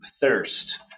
thirst